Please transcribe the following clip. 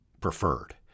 preferred